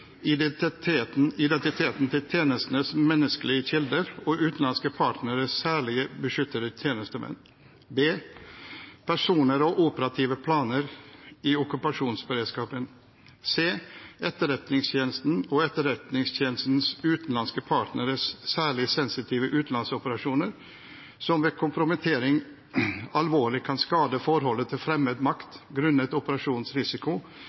Identiteten til tjenestens menneskelige kilder og utenlandske partneres særskilt beskyttede tjenestemenn b) Personer og operative planer i okkupasjonsberedskapen c) Etterretningstjenestens og Etterretningstjenestens utenlandske partneres særlig sensitive utenlandsoperasjoner, som ved kompromittering alvorlig kan skade forholdet til fremmed